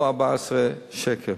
או 14 שקל.